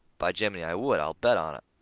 be jiminey, i would. i'll bet on it.